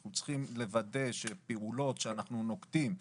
אנחנו צריכים לוודא שפעולות שאנחנו נוקטים בהן,